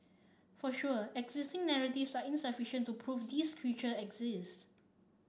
for sure existing narratives are insufficient to prove this creature exists